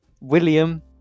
William